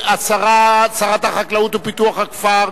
שרת החקלאות ופיתוח הכפר,